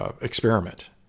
experiment